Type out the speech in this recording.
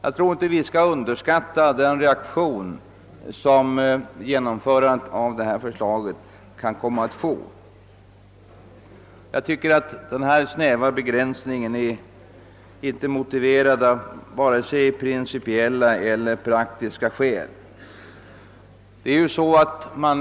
Vi skall inte underskatta den reaktion som genomförandet av detta förslag kommer att få. Denna snäva begränsning är inte motiverad av vare sig principiella eller praktiska skäl.